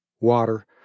Water